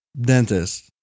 Dentist